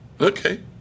Okay